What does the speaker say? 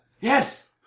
Yes